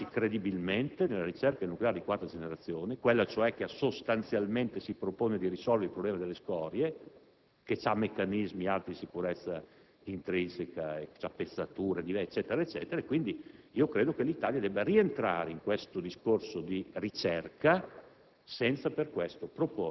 dobbiamo inserirci credibilmente nella ricerca nucleare di quarta generazione, quella cioè che sostanzialmente si propone di risolvere il problema delle scorie, che ha alti meccanismi di sicurezza intrinseca, attrezzature ed altro. Credo che l'Italia debba rientrare in questo discorso di ricerca